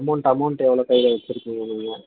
amount amount எவ்வளோ கையில் வச்சுருக்கீங்க நீங்கள்